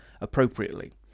appropriately